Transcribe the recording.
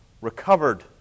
recovered